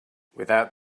without